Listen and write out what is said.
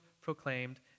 proclaimed